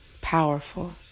powerful